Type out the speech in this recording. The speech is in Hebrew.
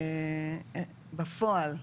בפועל,